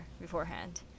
beforehand